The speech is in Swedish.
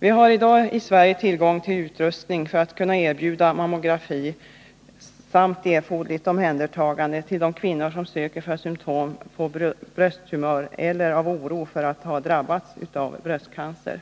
Vi har i dag i Sverige tillgång till utrustning för att kunna erbjuda mammografi samt erforderligt omhändertagande av de kvinnor som söker för symptom på brösttumör eller av oro för att ha drabbats av bröstcancer.